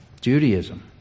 Judaism